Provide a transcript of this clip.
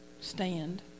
stand